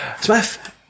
Smith